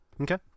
Okay